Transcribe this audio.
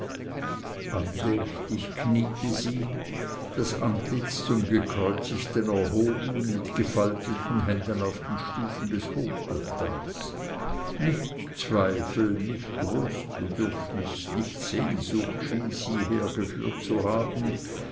andächtig kniete sie das antlitz zum gekreuzigten erhoben mit gefalteten händen auf den stufen des hochaltars nicht zweifel nicht trostbedürfnis nicht sehnsucht schien sie hergeführt zu haben